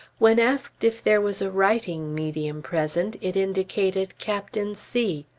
when asked if there was a writing medium present, it indicated captain c.